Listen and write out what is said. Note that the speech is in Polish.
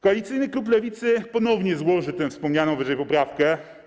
Koalicyjny klub Lewicy ponownie złoży tę wspomnianą wyżej poprawkę.